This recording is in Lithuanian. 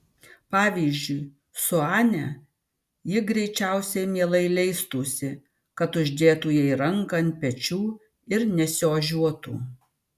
pavyzdžiui su ane ji greičiausiai mielai leistųsi kad uždėtų jai ranką ant pečių ir nesiožiuotų